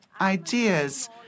ideas